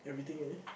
everything already